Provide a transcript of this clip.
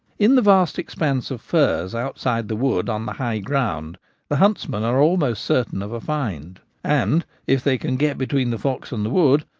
in the vast expanse of furze outside the wood on the high ground the huntsmen are almost certain of a find, and, if they can get between the fox and the wood,